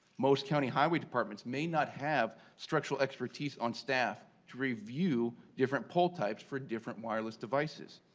most county highway department may not have structural expertise on staff to review different pole types for different wireless devices.